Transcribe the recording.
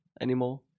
anymore